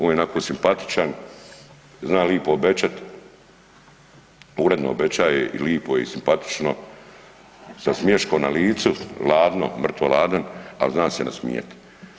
On je onako simpatičan, zna lipo obećat, uredno obečaje i lipo i simpatično sa smiješkom na licu, ladno, mrtvo ladan ali zna se nasmijat.